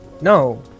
No